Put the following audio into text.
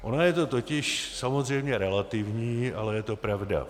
Ono je to totiž samozřejmě relativní, ale je to pravda.